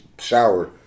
shower